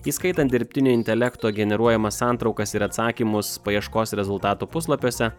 įskaitant dirbtinio intelekto generuojamas santraukas ir atsakymus paieškos rezultatų puslapiuose